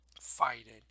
fighting